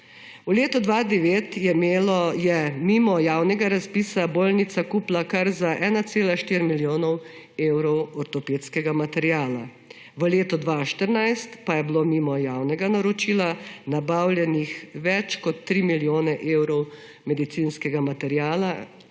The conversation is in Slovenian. V letu 2009 je mimo javnega razpisa bolnica kupila kar za 1,4 milijonov evrov ortopedskega materiala. V letu 2014 pa je bilo mimo javnega naročila nabavljenih več kot 3 milijone evrov medicinskega materiala,